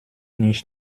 nicht